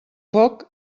foc